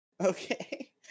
Okay